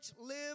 live